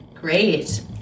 great